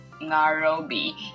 Nairobi